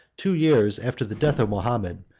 two years after the death of mahomet,